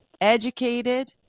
educated